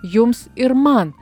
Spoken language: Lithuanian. jums ir man